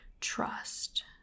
trust